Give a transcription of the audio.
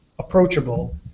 approachable